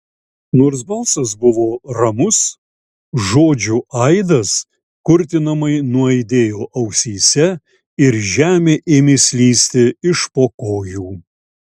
nors balsas buvo ramus žodžių aidas kurtinamai nuaidėjo ausyse ir žemė ėmė slysti iš po kojų